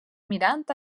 mirant